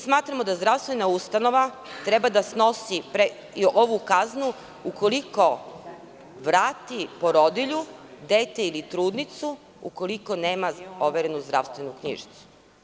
Smatramo da zdravstvena ustanova treba da ovu kaznu, ukoliko vrati porodilju, dete ili trudnicu ukoliko nema overenu zdravstvenu knjižicu.